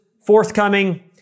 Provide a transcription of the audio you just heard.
forthcoming